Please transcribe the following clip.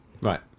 Right